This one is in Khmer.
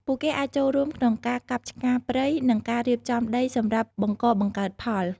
ពួកគេអាចចូលរួមក្នុងការកាប់ឆ្ការព្រៃ និងការរៀបចំដីសម្រាប់បង្កបង្កើនផល។